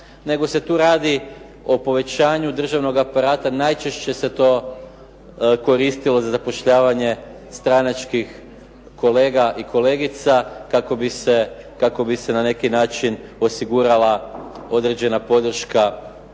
nego se tu radi o povećanju državnog aparata najčešće se to koristilo za zapošljavanje stranačkih kolega i kolegica kako bi se na neki način osigurala određena podrška